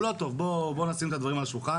הוא לא טוב, בוא נשים את הדברים על השולחן.